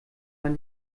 man